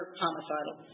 homicidal